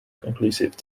conclusive